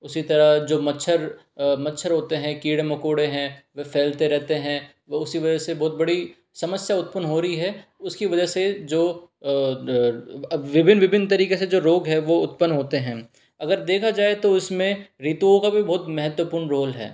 उसी तरह जो मच्छर मच्छर होते हैं कीड़े मकोड़े हैं वह फैलते रहते हैं वो उसी वजह से बहुत बड़ी समस्या उत्पन्न हो रही है उसकी वजह से जो विभिन्न विभन्न तरीके से जो रोग हैं वो उत्पन्न होते हैं अगर देखा जाए तो इसमें ऋतुओं का भी बहुत महत्वपूर्ण रोल है